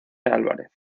álvarez